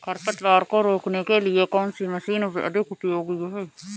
खरपतवार को रोकने के लिए कौन सी मशीन अधिक उपयोगी है?